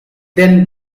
then